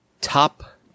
top